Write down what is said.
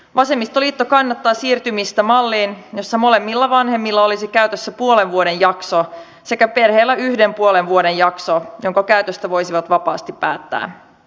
vasemmistoliitto kannattaa siirtymistä malliin jossa molemmilla vanhemmilla olisi käytössä puolen vuoden jakso sekä perheellä yksi puolen vuoden jakso jonka käytöstä se voisi vapaasti päättää